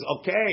okay